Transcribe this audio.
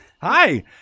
Hi